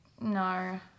No